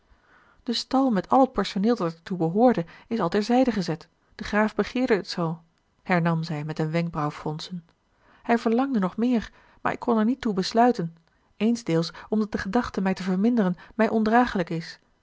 de stal met al het personeel dat er toe behoorde is al ter zijde gezet de graaf begeerde het zoo hernam zij met een wenkbrauwfronsen hij verlangde nog meer maar ik kon er niet toe besluiten eensdeels omdat de gedachte mij te verminderen mij ondragelijk is